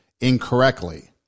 incorrectly